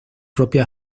propia